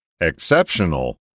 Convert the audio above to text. Exceptional